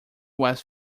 was